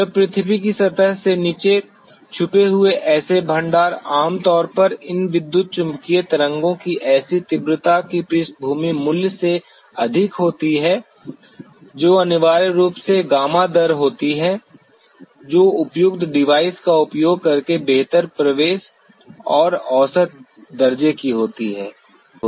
जब पृथ्वी की सतह के नीचे छिपे हुए ऐसे भंडार आम तौर पर इन विद्युत चुम्बकीय तरंगों की ऐसी तीव्रता की पृष्ठभूमि मूल्य से अधिक होती हैं जो अनिवार्य रूप से गामा दर होती हैं जो उपयुक्त डिवाइस का उपयोग करके बेहतर प्रवेश और औसत दर्जे की होती हैं